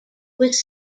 was